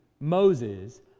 Moses